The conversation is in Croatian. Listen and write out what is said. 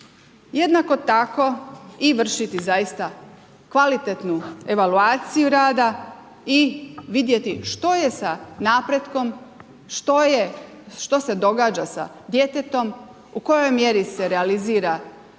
Jednako tako i vršiti zaista kvalitetnu evaluaciju radi i vidjeti što je sa napretkom, što se događa sa djetetom, u kojoj mjeri se realizira kontakt